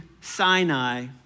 Sinai